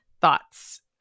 thoughts